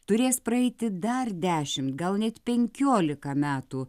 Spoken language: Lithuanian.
turės praeiti dar dešimt gal net penkiolika metų